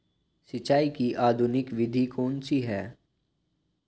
सिंचाई की आधुनिक विधि कौन सी है?